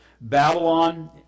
Babylon